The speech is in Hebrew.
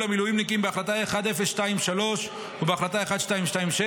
למילואימניקים בהחלטה 1023 ובהחלטה 1226,